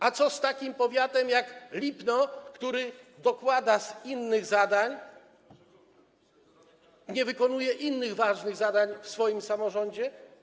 A co z takim powiatem jak Lipno, który dokłada z innych zadań, nie wykonuje innych ważnych zadań w swoim samorządzie?